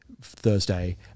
Thursday